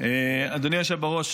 אדוני היושב-בראש,